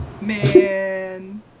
Man